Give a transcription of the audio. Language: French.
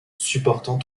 supportant